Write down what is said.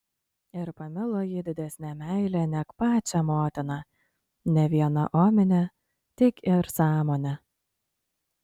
ir pamilo jį didesne meile neg pačią motiną ne viena omine tik ir sąmone